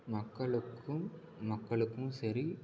மக்களுக்கும் மக்களுக்கும் சரி